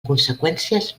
conseqüències